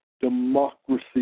democracy